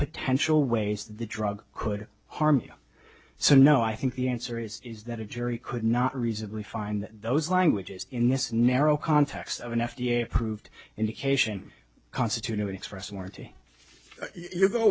potential ways the drug could harm you so no i think the answer is is that a jury could not reasonably find those languages in this narrow context of an f d a approved indication constitutive express warranty you go